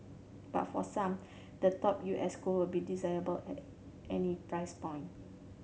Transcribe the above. but for some the top U S school will be desirable at any price point